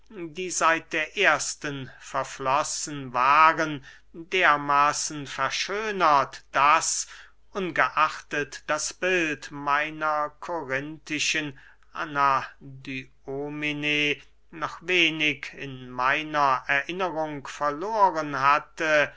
die seit der ersten verflossen waren dermaßen verschönert daß ungeachtet das bild meiner korinthischen anadyomene noch wenig in meiner erinnerung verloren hatte